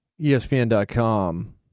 ESPN.com